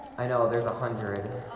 i know there's a hundred